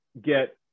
get